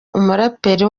umuraperi